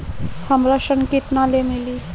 हमरा ऋण केतना ले मिली?